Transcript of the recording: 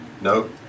No